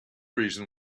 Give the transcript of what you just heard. reason